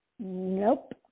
Nope